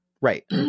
Right